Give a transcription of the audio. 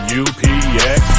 upx